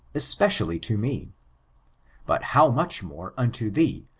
especially to me but how much more unto thee,